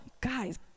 guys